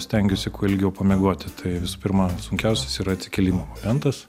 stengiuosi kuo ilgiau pamiegoti tai visų pirma sunkiausias yra atsikėlimo momentas